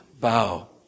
bow